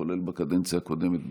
כולל בקדנציה הקודמת,